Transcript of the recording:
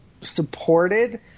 supported